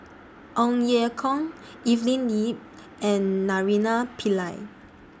Ong Ye Kung Evelyn NE and Naraina Pillai